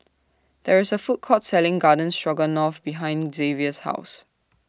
There IS A Food Court Selling Garden Stroganoff behind Zavier's House